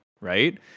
right